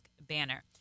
banner